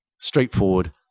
straightforward